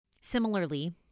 Similarly